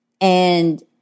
And-